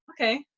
okay